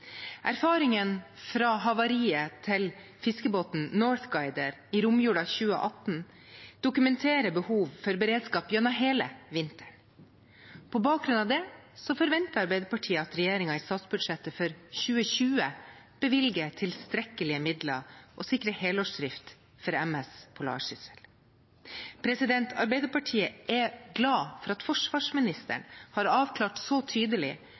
fra fiskebåten «Northguider»s havari i romjulen 2018 dokumenterer behovet for beredskap gjennom hele vinteren. På bakgrunn av det forventer Arbeiderpartiet at regjeringen i statsbudsjettet for 2020 bevilger tilstrekkelige midler og sikrer helårsdrift for MS «Polarsyssel». Arbeiderpartiet er glad for at forsvarsministeren har avklart så tydelig